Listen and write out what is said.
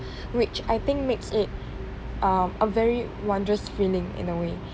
which I think makes it uh a very wondrous feeling in a way